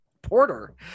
Porter